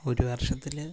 ഒരു വര്ഷത്തിൽ